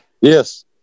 Yes